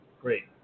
Great